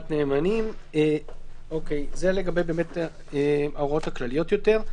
נאמנים" זה לגבי ההוראות הכלליות יותר,